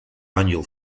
annual